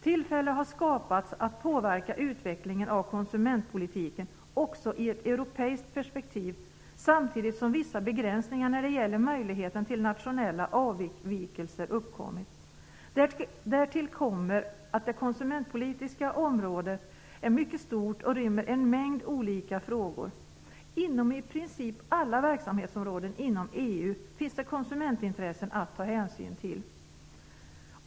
Tillfälle har skapats att påverka utvecklingen av konsumentpolitiken också i ett europeiskt perspektiv, samtidigt som vissa begränsningar när det gäller möjligheten till nationella avvikelser uppkommit. Därtill kommer att det konsumentpolitiska området är mycket stort och rymmer en mängd olika frågor. Inom i princip alla verksamhetsområden inom EU finns det konsumentintressen att ta hänsyn till.